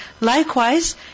Likewise